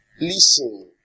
Listen